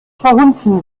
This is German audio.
verhunzen